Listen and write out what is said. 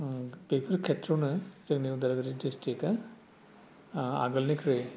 बेफोर केथ्रआवनो जोंनि उदालगुरि डिस्ट्रिकआ आगोलनिख्रुइ